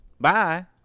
Bye